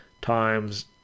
times